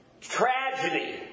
tragedy